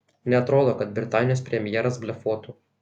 neatrodo kad britanijos premjeras blefuotų